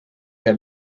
què